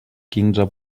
quinze